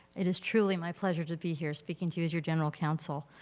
it is truly my pleasure to be here, speaking to you as your general counsel.